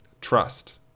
Trust